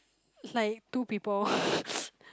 it's like two people